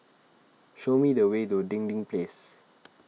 show me the way to Dinding Place